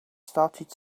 started